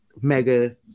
mega